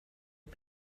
och